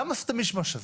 למה עשיתם את המישמש הזה?